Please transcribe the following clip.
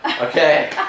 okay